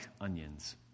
onions